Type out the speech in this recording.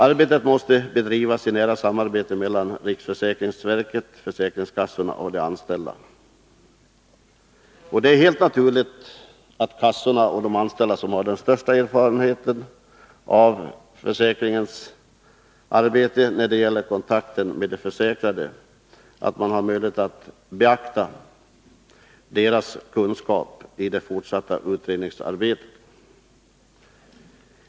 Arbetet måste bedrivas i nära samarbete mellan riksförsäkringsverket, försäkringskassorna och de anställda. Det är helt naturligt kassorna och de anställda där som har den största erfarenheten av försäkringsarbete, när det gäller kontakter med de försäkrade. Deras kunskaper måste beaktas i det fortsatta utredningsarbetet.